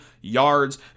yards